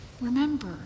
Remember